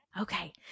Okay